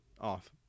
off